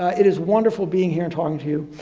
ah it is wonderful being here talking to you.